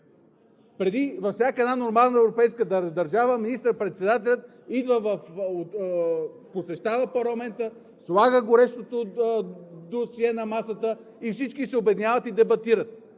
дебати. Във всяка една нормална европейска държава министър-председателят посещава парламента, слага горещото досие на масата и всички се обединяват и дебатират.